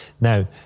now